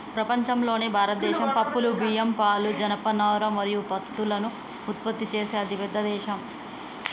ప్రపంచంలోనే భారతదేశం పప్పులు, బియ్యం, పాలు, జనపనార మరియు పత్తులను ఉత్పత్తి చేసే అతిపెద్ద దేశం